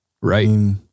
Right